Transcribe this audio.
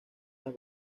las